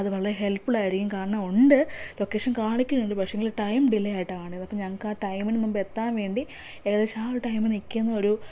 അത് വളരെ ഹെൽപ്പ്ഫുള്ളായിരിക്കും കാരണം ഉണ്ട് ലൊക്കേഷൻ കാണിക്കുന്നുണ്ട് പക്ഷേയെങ്കിൽ ടൈം ഡിലെ ആയിട്ടാ കാണിക്കുന്നത് അപ്പം ഞങ്ങൾക്കാ ടൈമിനു മുമ്പേ എത്താൻ വേണ്ടി ഏകദേശം ആ ഒരു ടൈം നിൽക്കുന്നൊരു